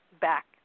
back